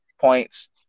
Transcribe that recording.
points